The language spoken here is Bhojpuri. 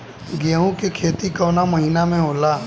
गेहूँ के खेती कवना महीना में होला?